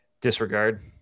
disregard